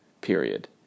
period